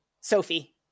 sophie